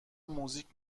موزیک